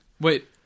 Wait